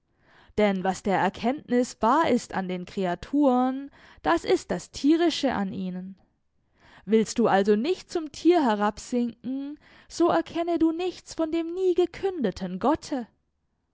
denn was der erkenntnis bar ist an den kreaturen das ist das tierische an ihnen willst du also nicht zum tier herabsinken so erkenne du nichts von dem nie gekündeten gotte